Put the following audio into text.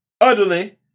utterly